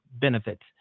benefits